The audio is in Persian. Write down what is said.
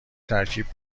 ترکیب